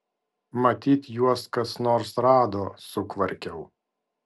matyt juos kas nors rado sukvarkiau